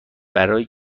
برای